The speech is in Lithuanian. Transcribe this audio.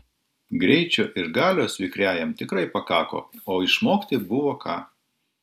greičio ir galios vikriajam tikrai pakako o išmokti buvo ką